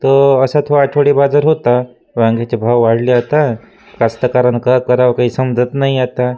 तर असा तो आठवडी बाजार होता वांग्याचे भाव वाढले आता कास्तकऱ्यानं का करावं काही समजत नाही आता